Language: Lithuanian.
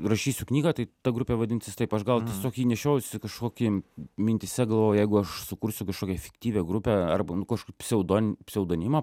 rašysiu knygą tai ta grupė vadinsis taip aš gal tiesiog jį nešiojausi kažkokį mintyse galvojau jeigu aš sukursiu kažkokią fiktyvią grupę arba nu kažkaip pseudon pseudonimą